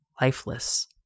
lifeless